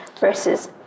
versus